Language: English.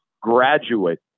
graduate